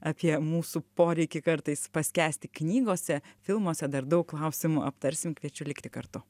apie mūsų poreikį kartais paskęsti knygose filmuose dar daug klausimų aptarsim kviečiu likti kartu